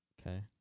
Okay